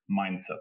mindset